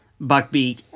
Buckbeak